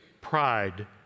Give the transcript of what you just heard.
pride